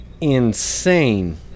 insane